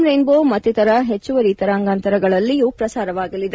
ರ್ಲೆನ್ ಬೋ ಮತ್ತಿತರ ಹೆಚ್ಚುವರಿ ತರಂಗಾಂತರಗಳಲ್ಲೂ ಪ್ರಸಾರವಾಗಲಿದೆ